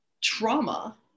trauma